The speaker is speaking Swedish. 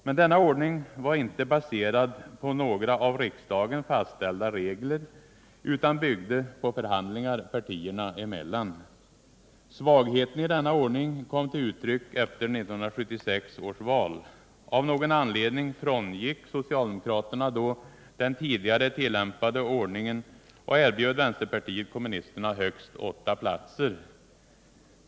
Men denna ordning var inte baserad på några av riksdagen fastställda regler utan byggde på förhandlingar partierna emellan. Svagheten i denna ordning kom till uttryck efter 1976 års val. Av någon anledning frångick socialdemokraterna då den tidigare tillämpade ordningen och erbjöd vänsterpartiet kommunisterna högst 8 platser.